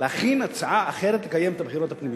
להכין הצעה אחרת לקיום הבחירות הפנימיות.